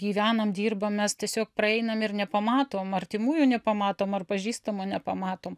gyvenam dirbam mes tiesiog praeinam ir nepamatom artimųjų nepamatom ar pažįstamų nepamatom